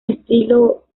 estilo